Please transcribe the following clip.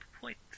points